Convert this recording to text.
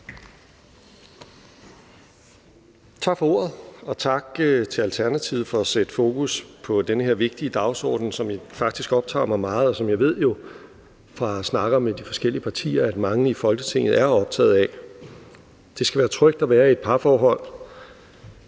Tak for ordet. Og tak til Alternativet for at sætte fokus på den her vigtige dagsorden, som faktisk optager mig meget, og som jeg jo ved fra snakke med de forskellige partier at mange i Folketinget er optaget af. Det skal være trygt at være i et parforhold.